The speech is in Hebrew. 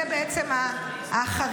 זה בעצם החריג.